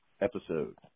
episode